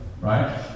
right